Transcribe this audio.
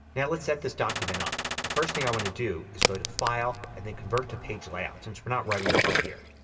now let's set this document up. the first thing i want to do is go to file, and then convert to page layout since we're not writing a book here.